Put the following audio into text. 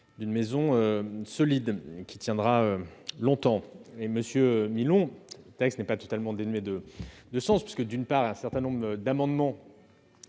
d'une maison solide et qui tiendra longtemps. Monsieur Milon, le texte n'est pas totalement dénué de sens, puisque, d'une part, un certain nombre de vos amendements